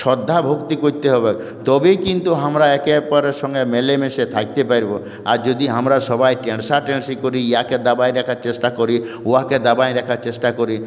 শ্রদ্ধা ভক্তি করতে হবে তবেই কিন্তু আমরা একে অপরের সঙ্গে মিলেমিশে থাকতে পারবো আর যদি আমরা সবাই ট্যাসট্যাসি করি একে দাবিয়ে রাখার চেষ্টা করি ওকে দাবিয়ে রাখার চেষ্টা করি